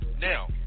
Now